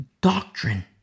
doctrine